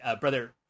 brother